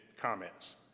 comments